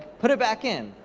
put it back in.